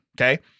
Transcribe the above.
Okay